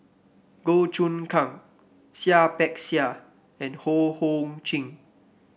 Goh Choon Kang Seah Peck Seah and Ho Hong Sing